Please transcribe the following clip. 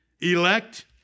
elect